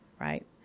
right